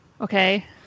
okay